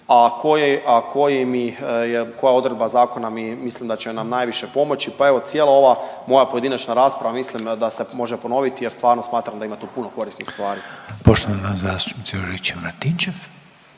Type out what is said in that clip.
koja odredba zakona mi… mislim da će nam najviše pomoći, pa evo cijela ova moja pojedinačna rasprava mislim da se može ponoviti jer stvarno smatram da ima tu puno korisnih stvari. **Reiner, Željko (HDZ)** Poštovana zastupnica Juričev Martinčev.